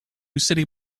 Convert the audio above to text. city